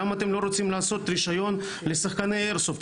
למה אתם לא רוצים לעשות רישיון לשחקני איירסופט?